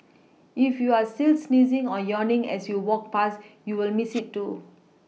if you were still sneezing or yawning as you walked past you will Miss it too